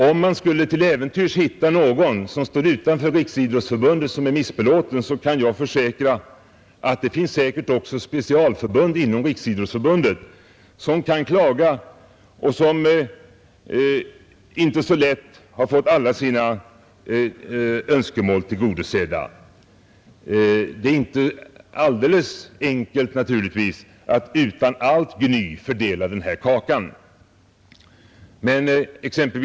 Om man till äventyrs skulle hitta någon som står utanför Riksidrottsförbundet och som är missbelåten, kan jag försäkra att det säkert finns specialförbund också inom Riksidrottsförbundet som kan klaga och som inte så lätt har fått alla sina önskemål tillgodosedda. Det är inte så enkelt att utan allt gny fördela den här kakan.